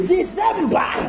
December